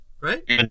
right